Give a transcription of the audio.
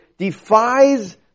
defies